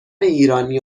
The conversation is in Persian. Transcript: ایرانی